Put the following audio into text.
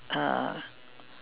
uh